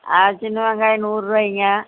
ஆ சின்ன வெங்காயம் நூற்ரூவாயிங்க